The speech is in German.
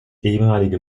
ehemalige